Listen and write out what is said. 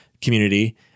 community